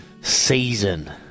season